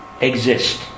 exist